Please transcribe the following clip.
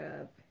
up